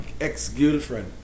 ex-girlfriend